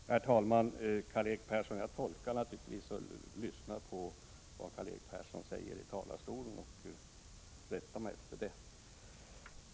Herr talman! Jag lyssnar naturligtvis på vad Karl-Erik Persson säger i talarstolen och rättar mig efter det.